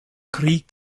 krieg